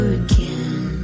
again